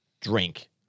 drink